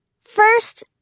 First